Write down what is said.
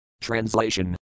Translation